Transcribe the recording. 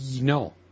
No